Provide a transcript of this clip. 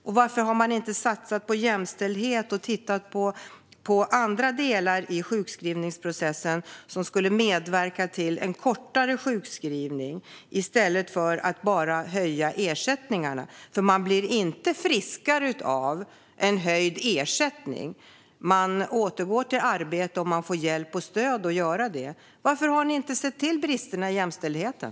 Och varför har ni inte satsat på jämställdhet och tittat på andra delar i sjukskrivningsprocessen som skulle medverka till en kortare sjukskrivning i stället för att bara höja ersättningarna? Man blir ju inte friskare av en höjd ersättning. Man återgår till arbete om man får hjälp och stöd att göra det. Varför har ni inte åtgärdat bristerna i jämställdheten?